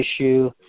issue